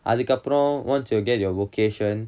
அதுக்கப்புறம்:athukkappuram once you get your vocation